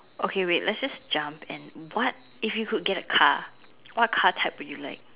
okay wait let's just jump and what if you could get a car what car type would you like